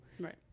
Right